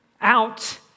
out